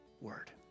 word